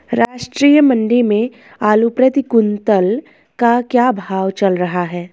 राष्ट्रीय मंडी में आलू प्रति कुन्तल का क्या भाव चल रहा है?